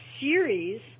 series